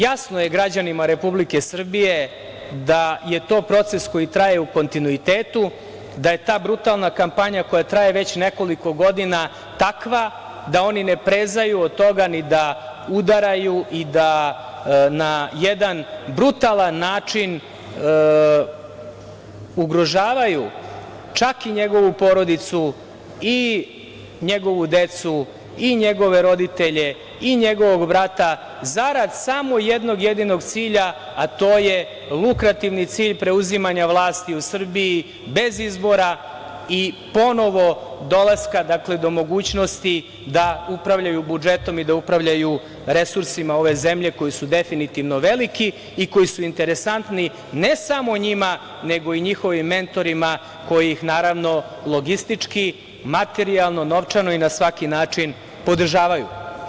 Jasno je građanima Republike Srbije da je to proces koji traje u kontinuitetu, da je ta brutalna kampanja koja traje već nekoliko godina takva da oni ne prezaju od toga ni da udaraju i da na jedan brutalan način ugrožavaju čak i njegovu porodicu, i njegovu decu, i njegove roditelje i njegovog brata zarad samo jednog jedinog cilja, a to je lukrativni cilj preuzimanja vlasti u Srbiji bez izbora i ponovo dolaska, do mogućnosti da upravljaju budžetom i da upravljaju resursima ove zemlje, koji su definitivno veliki i koji su interesantni ne samo njima, nego i njihovim mentorima koji ih, naravno, logistički, materijalno, novčano i na svaki način podržavaju.